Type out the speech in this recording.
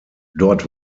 dort